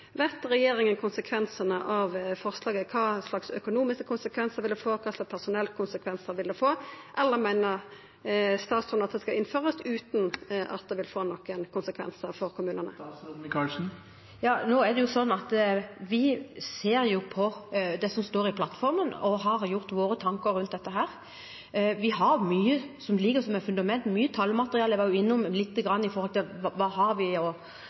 Veit regjeringa konsekvensane av forslaget – kva slags økonomiske konsekvensar det vil få, kva slags personellmessige konsekvensar det vil få – eller meiner statsråden at det skal innførast utan at det vil få nokon konsekvensar for kommunane? Nå er det slik at vi ser på det som står i plattformen, og vi har gjort oss våre tanker rundt dette. Vi har mye som ligger som et fundament, mye tallmateriale. Jeg var litt innom